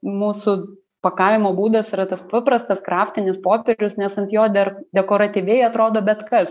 mūsų pakavimo būdas yra tas paprastas kraftinis popierius nes ant jo dar dekoratyviai atrodo bet kas